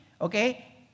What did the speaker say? okay